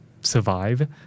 survive